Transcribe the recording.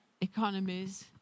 economies